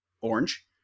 Orange